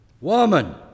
Woman